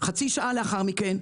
חצי שעה לאחר מכן,